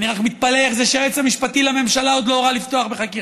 אני רק מתפלא איך זה שהיועץ המשפטי לממשלה עוד לא הורה לפתוח בחקירה,